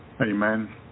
Amen